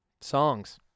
songs